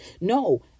no